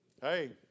Hey